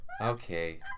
Okay